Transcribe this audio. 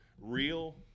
real